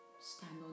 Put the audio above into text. Stand